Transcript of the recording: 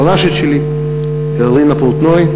הרל"שית שלי רינה פורטנוי.